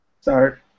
start